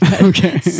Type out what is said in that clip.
Okay